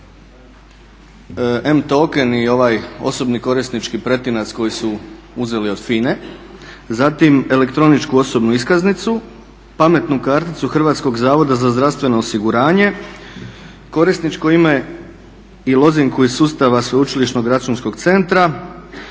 m-token i ovaj korisnički pretinac koji su uzeli od FINA-e, zatim elektroničku osobnu iskaznicu, pametnu karticu HZZO-a, korisničko ime i lozinku iz sustava sveučilišnog računskog centra,